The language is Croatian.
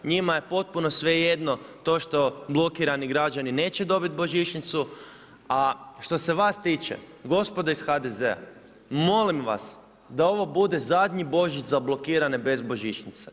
Njima je potpuno svejedno to što blokirani građani neće dobit božićnicu, a što se vas tiče gospodo iz HDZ-a molim vas da ovo bude zadnji Božić za blokirane bez božićnice.